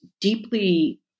deeply